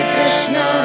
Krishna